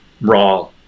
raw